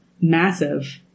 massive